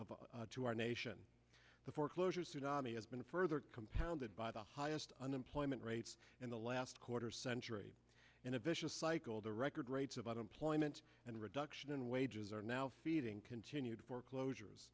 day to our nation the foreclosure tsunami has been further compounded by the highest unemployment rates in the last quarter century in a vicious cycle the record rates of unemployment and reduction in wages are now feeding continued foreclosures